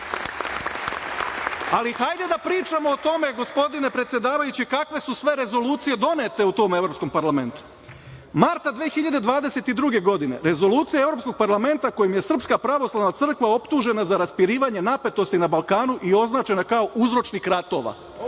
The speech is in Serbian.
Ali, hajde da pričamo o tome, gospodine predsedavajući, kakve su sve rezolucije donete u tom Evropskom parlamentu. Marta 2022. godine rezolucija Evropskog parlamenta kojom je SPC optužena za raspirivanje napetosti na Balkanu i označena kao uzročnik ratova.